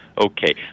Okay